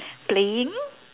playing